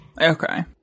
Okay